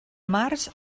març